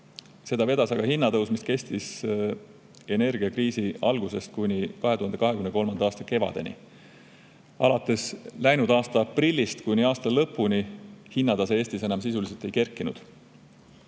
Seda vedas hinnatõus, mis kestis energiakriisi algusest kuni 2023. aasta kevadeni. Alates läinud aasta aprillist kuni aasta lõpuni hinnatase Eestis enam sisuliselt ei kerkinud.